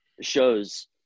shows